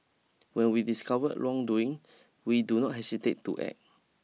while we discover wrongdoing we do not hesitate to act